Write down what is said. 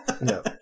No